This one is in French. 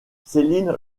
céline